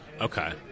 Okay